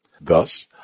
thus